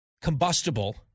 combustible